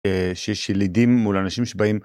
שיש לידים ולאנשים שבאים.